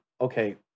okay